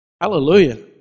Hallelujah